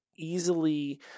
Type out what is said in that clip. easily